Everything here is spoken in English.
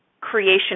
creation